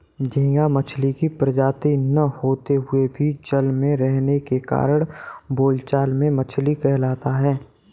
झींगा मछली की प्रजाति न होते हुए भी जल में रहने के कारण बोलचाल में मछली कहलाता है